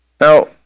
Now